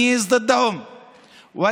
שתהיה אפליה של ילדינו,